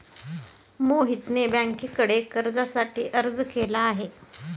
मोहितने बँकेकडे कर्जासाठी अर्ज केला आहे